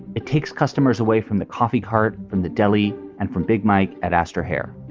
it takes customers away from the coffee cart, from the deli and from big mike at astor here.